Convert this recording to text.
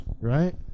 Right